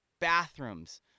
bathrooms